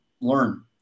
learn